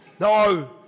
No